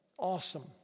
Awesome